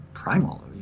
Primal